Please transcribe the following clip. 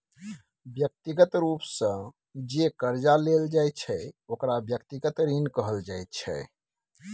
व्यक्तिगत रूप सँ जे करजा लेल जाइ छै ओकरा व्यक्तिगत ऋण कहल जाइ छै